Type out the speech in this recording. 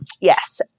Yes